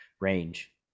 range